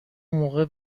موقع